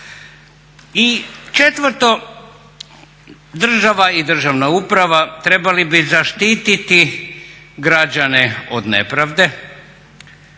I četvrto, država i državna uprava trebali bi zaštititi građane od nepravde